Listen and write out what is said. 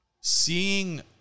seeing